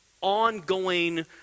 ongoing